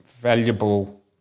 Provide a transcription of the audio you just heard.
Valuable